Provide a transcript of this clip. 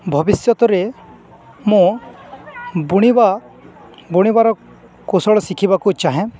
ଭବିଷ୍ୟତରେ ମୁଁ ବୁଣିବା ବୁଣିବାର କୌଶଳ ଶିଖିବାକୁ ଚାହେଁ